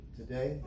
today